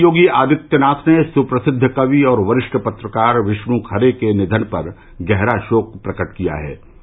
मुख्यमंत्री योगी आदित्यनाथ ने सुप्रसिद्ध कवि और वरिश्ठ पत्रकार विश्णु खरे के निधन पर गहरा षोक प्रकट किया है